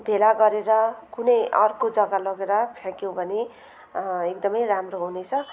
भेला गरेर कुनै अर्को जग्गा लगेर फ्याँक्यौँ भने एकदमै राम्रो हुनेछ